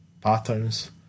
patterns